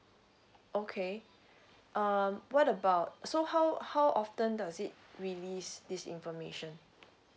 okay uh what about so how how often does it release this information